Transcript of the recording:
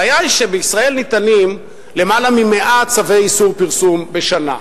הבעיה היא שבישראל ניתנים למעלה מ-100 צווי איסור פרסום בשנה.